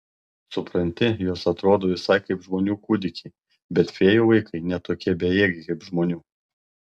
supranti jos atrodo visai kaip žmonių kūdikiai bet fėjų vaikai ne tokie bejėgiai kaip žmonių